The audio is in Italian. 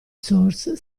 source